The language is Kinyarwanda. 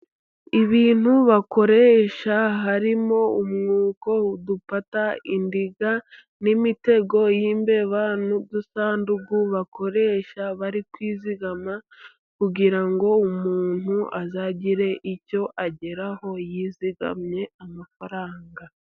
Ibintu bakoresha harimo umwuko, udupata, indiga n'imitego y'imbeba, n'udusanduku bakoresha bari kwizigama, kugira ngo umuntu azagire icyo ageraho yizigamye amafaranga.